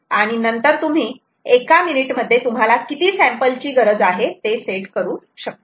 आणि नंतर तुम्ही एका मिनिट मध्ये तुम्हाला किती सॅम्पल ची गरज आहे ते सेट करू शकतात